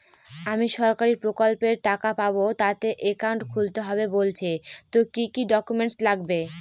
আমি সরকারি প্রকল্পের টাকা পাবো তাতে একাউন্ট খুলতে হবে বলছে তো কি কী ডকুমেন্ট লাগবে?